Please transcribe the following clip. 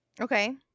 Okay